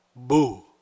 Boo